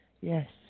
Yes